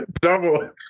double